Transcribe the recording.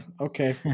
Okay